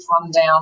rundown